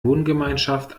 wohngemeinschaft